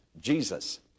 Jesus